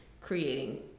creating